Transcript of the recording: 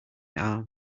arm